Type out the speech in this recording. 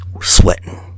Sweating